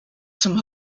zum